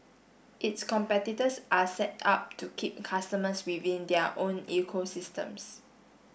its competitors are set up to keep customers within their own ecosystems